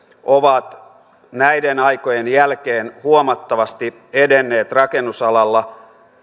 ovat näiden aikojen jälkeen huomattavasti edenneet rakennusalalla